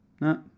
No